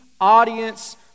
audience